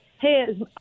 hey